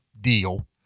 deal